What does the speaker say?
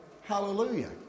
Hallelujah